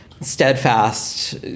steadfast